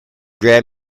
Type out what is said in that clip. grab